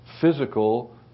physical